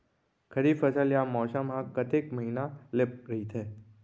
खरीफ फसल या मौसम हा कतेक महिना ले रहिथे?